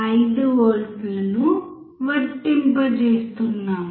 5 వోల్ట్లను వర్తింపజేస్తున్నాము